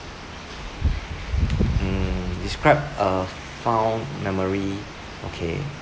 mm describe a fond memory okay